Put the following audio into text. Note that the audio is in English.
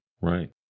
Right